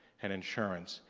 and insurance,